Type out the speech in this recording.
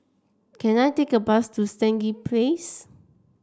can I take a bus to Stangee Place